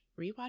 rewatch